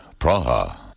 Praha